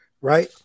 Right